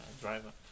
driver